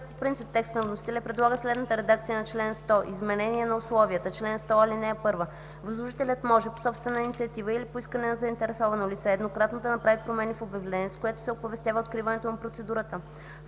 по принцип текста на вносителя и предлага следната редакция на чл. 100: „Изменение на условията Чл. 100. (1) Възложителят може, по собствена инициатива или по искане на заинтересовано лице, еднократно да направи промени в обявлението, с което се оповестява откриването на процедурата,